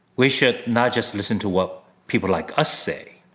we should not just listen to what people like us say,